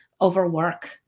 overwork